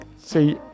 see